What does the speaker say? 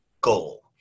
goal